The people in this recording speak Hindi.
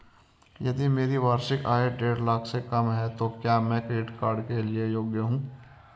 यदि मेरी वार्षिक आय देढ़ लाख से कम है तो क्या मैं क्रेडिट कार्ड के लिए योग्य हूँ?